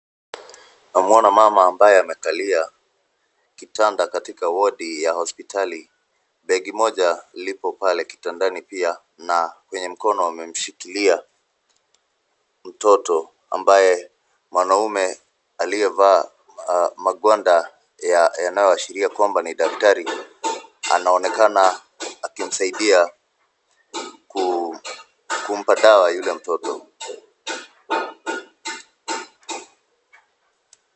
Namwona mama ambaye amekalia kitanda katika wodi ya hospitali. Begi moja lipo pale kitandani pia na kwenye mkono wamemshikilia mtoto ambaye mwanaume aliyevaa magwanda yanayoashiria kwamba ni daktari. Anaonekana akimsaidia kumpa dawa yule mtoto.